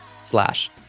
slash